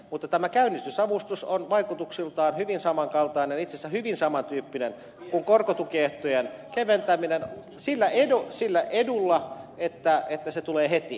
mutta tämä käynnistysavustus on vaikutuksiltaan hyvin saman kaltainen ja itse asiassa hyvin saman tyyppinen kuin korkotukiehtojen keventäminen sillä edulla että se tulee heti